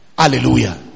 hallelujah